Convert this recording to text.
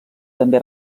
també